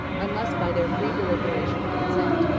unless by their free deliberation and consent.